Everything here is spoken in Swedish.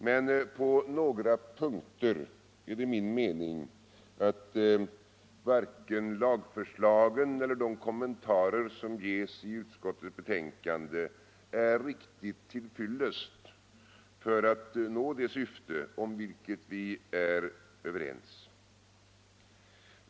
Men på några punkter är enligt min mening varken lagförslagen eller de kommentarer som ges i utskottets betänkande riktigt till fyllest för att nå det syfte om vilket vi är överens.